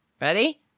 Ready